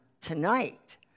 tonight